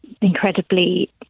incredibly